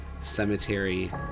cemetery